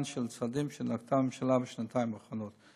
של צעדים שנקטה הממשלה בשנתיים האחרונות.